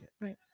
right